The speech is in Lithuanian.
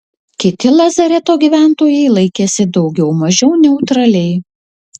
kiti lazareto gyventojai laikėsi daugiau mažiau neutraliai